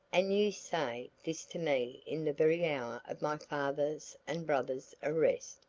and you say this to me in the very hour of my father's and brother's arrest!